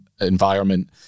environment